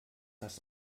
das